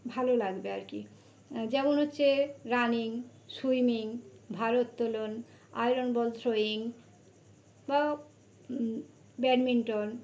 ভালো লাগবে আর কি যেমন হচ্ছে রানিং সুইমিং ভার উত্তোলন আয়রন বল থ্রোইং বা ব্যাডমিন্টন